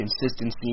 consistency